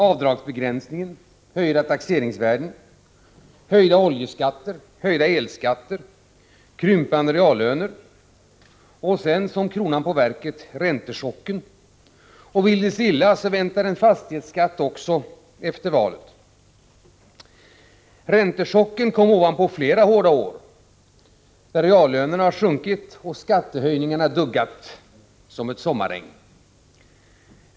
Avdragsbegränsningen, höjda taxeringsvärden, höjda oljeoch elskatter, krympande reallöner och — som kronan på verket — räntechocken har gjort sitt. Och vill det sig illa, väntar också en fastighetsskatt efter valet. Räntechocken kom ovanpå flera hårda år, där reallönerna har sjunkit och skattehöjningarna duggat som ett sommarregn.